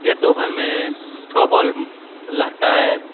एक ओवर में छः बॉल रहता है